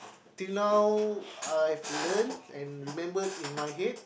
till now I've learned and remembered in my head